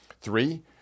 Three